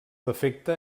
defecte